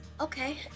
okay